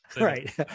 right